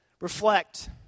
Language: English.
reflect